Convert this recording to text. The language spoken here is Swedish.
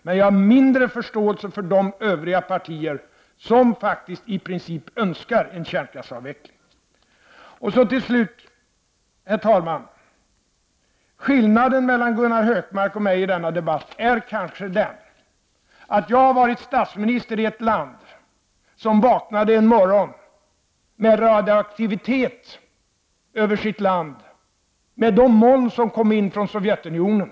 Men jag har mindre förståelse för de övriga partier som faktiskt i princip önskar en kärnkraftsavveckling. Till slut, herr talman! Skillnaden mellan Gunnar Hökmark och mig i denna debatt är kanske den att jag har varit statsminister i ett land där man vaknade en morgon med radioaktivitet över landet, med de moln som kom in från Sovjetunionien.